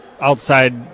outside